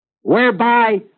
whereby